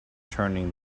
turning